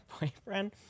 boyfriend